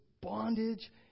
bondage